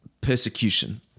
persecution